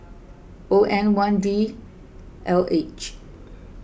O N one D L H